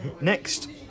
next